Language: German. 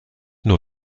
nur